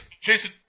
Jason